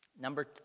Number